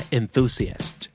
enthusiast